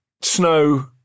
Snow